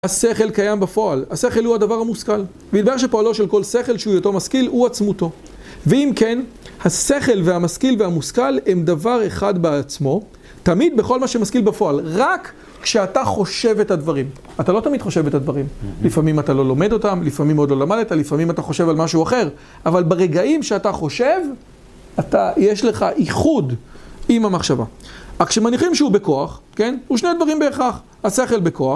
השכל קיים בפועל, השכל הוא הדבר המושכל. וידע שפועלו של כל שכל שהוא אותו משכיל הוא עצמותו. ואם כן, השכל והמשכיל והמושכל הם דבר אחד בעצמו, תמיד בכל מה שמשכיל בפועל, רק כשאתה חושב את הדברים. אתה לא תמיד חושב את הדברים. לפעמים אתה לא לומד אותם, לפעמים עוד לא למדת, לפעמים אתה חושב על משהו אחר, אבל ברגעים שאתה חושב, יש לך איחוד עם המחשבה. אך שמניחים שהוא בכוח, כן? הוא שני הדברים בערך כך. השכל בכוח.